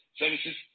services